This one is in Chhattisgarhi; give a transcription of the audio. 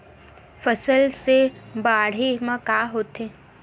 फसल से बाढ़े म का होथे?